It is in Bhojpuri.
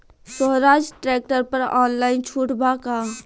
सोहराज ट्रैक्टर पर ऑनलाइन छूट बा का?